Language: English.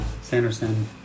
Sanderson